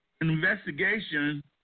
investigation